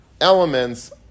elements